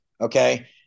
okay